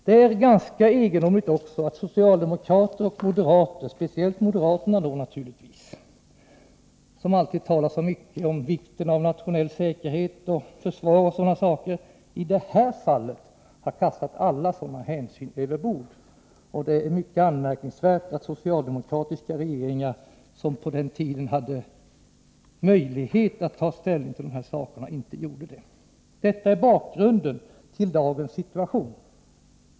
Det är ganska egendomligt att socialdemokrater och moderater — speciellt gäller det naturligtvis moderaterna, som alltid talar så mycket om vikten av nationell säkerhet och ett starkt försvar — i detta fall har kastat alla säkerhetsoch försvarshänsyn över bord. Det är mycket anmärkningsvärt att socialdemokratiska regeringar, som på den tiden hade möjlighet att ta ställning till dessa saker, inte gjorde det. Det är bakgrunden till dagens situation.